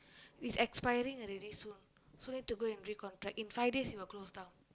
it's expiring already soon so need to go to recontract in five days it will close down